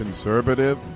Conservative